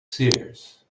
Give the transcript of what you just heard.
seers